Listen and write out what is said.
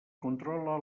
controla